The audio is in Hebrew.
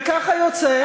וככה יוצא,